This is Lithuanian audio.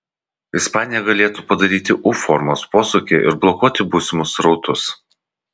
ispanija galėtų padaryti u formos posūkį ir blokuoti būsimus srautus